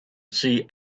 see